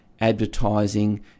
Advertising